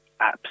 apps